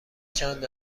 چند